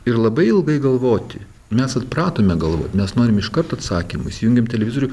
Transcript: ir labai ilgai galvoti mes atpratome galvot nes norim iškart atsakymų įsijungiam televizorių